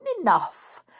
enough